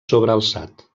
sobrealçat